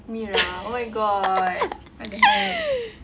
mira where got what the heck